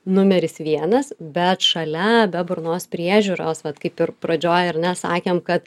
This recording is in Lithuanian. numeris vienas bet šalia be burnos priežiūros vat kaip ir pradžioj ar ne sakėm kad